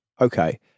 okay